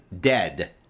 dead